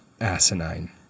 asinine